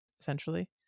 essentially